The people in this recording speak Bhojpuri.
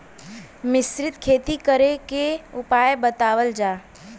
मिश्रित खेती करे क उपाय बतावल जा?